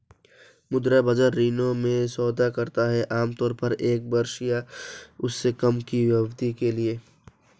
मुद्रा बाजार ऋणों में सौदा करता है आमतौर पर एक वर्ष या उससे कम की अवधि के लिए